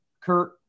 Kurt